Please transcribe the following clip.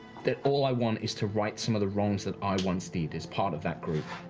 that all i want is to right some of the wrongs that i once did as part of that group.